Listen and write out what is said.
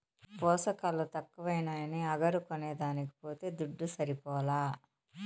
పోసకాలు తక్కువైనాయని అగరు కొనేదానికి పోతే దుడ్డు సరిపోలా